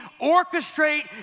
orchestrate